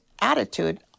attitude